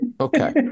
Okay